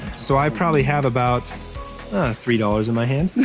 so i probably have about three dollars in my hand.